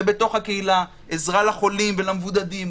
ובתוך הקהילה עזרה לחולים ולמבודדים,